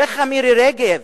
שיח'ה מירי רגב,